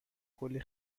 کلی